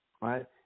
right